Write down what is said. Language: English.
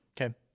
Okay